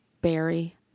Barry